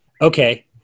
okay